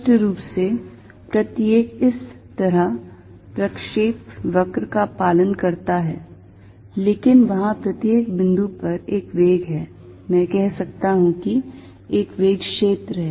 स्पष्ट रूप से प्रत्येक इस तरह प्रक्षेपवक्र का पालन करता है लेकिन वहाँ प्रत्येक बिंदु पर एक वेग है मैं कह सकता हूं कि एक वेग क्षेत्र है